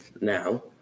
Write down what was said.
now